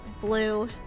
blue